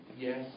yes